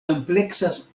ampleksas